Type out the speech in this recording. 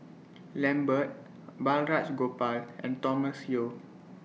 Lambert Balraj Gopal and Thomas Yeo